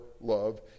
love